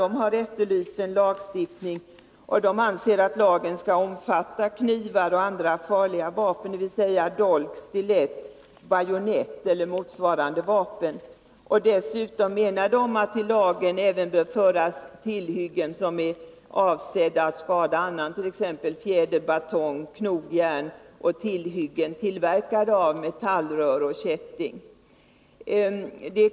De har efterlyst en lagstiftning, och de anser att lagen skall omfatta knivar och andra farliga vapen, dvs. dolk, stilett, bajonett eller motsvarande vapen. Dessutom menar de att lagen även bör gälla tillhyggen som är avsedda att skada annan, t.ex. fjäderbatong, knogjärn och tillhyggen tillverkade av metaillrör och kätting.